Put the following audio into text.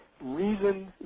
reason